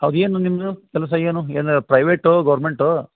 ಅವು ಏನು ನಿಮ್ಮದು ಕೆಲಸ ಏನು ಏನಾರೂ ಪ್ರೈವೇಟೋ ಗೌರ್ಮೆಂಟೋ